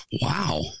Wow